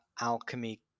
alchemy